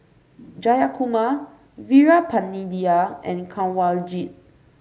Jayakumar Veerapandiya and Kanwaljit